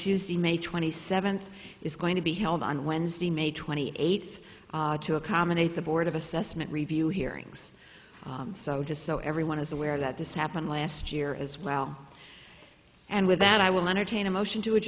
tuesday may twenty seventh is going to be held on wednesday may twenty eighth to accommodate the board of assessment review hearings so to so everyone is aware that this happened last year as well and with that i will entertain a motion to a